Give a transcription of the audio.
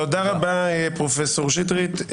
תודה רבה, פרופ' שטרית.